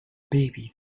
baby